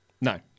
No